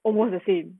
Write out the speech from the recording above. almost the same